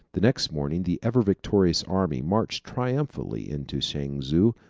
the next morning the ever-victorious army marched triumphantly into chanzu,